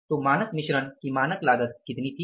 तो मानक मिश्रण की मानक लागत कितनी थी